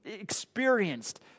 experienced